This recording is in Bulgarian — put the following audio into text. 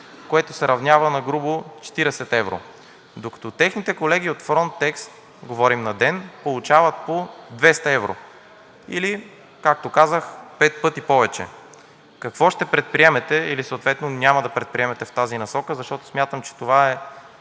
което се равнява грубо на 40 евро, докато техните колеги от „Фронтекс“, говорим на ден, получават по 200 евро или, както казах, пет пъти повече. Какво ще предприемете или съответно няма да предприемете в тази насока, защото смятам, че това